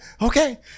Okay